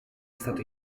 stato